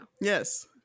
Yes